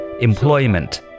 employment